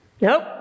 Nope